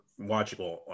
watchable